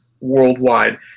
worldwide